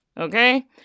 Okay